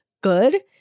good